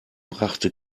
brachte